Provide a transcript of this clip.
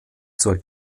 zur